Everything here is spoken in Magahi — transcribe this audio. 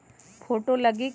फोटो लगी कि?